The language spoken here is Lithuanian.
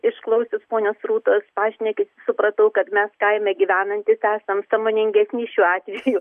išklausius ponios rūtos pašnekesį supratau kad mes kaime gyvenantys esam sąmoningesni šiuo atveju